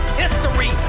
history